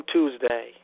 Tuesday